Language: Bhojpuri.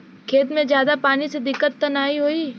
खेत में ज्यादा पानी से दिक्कत त नाही होई?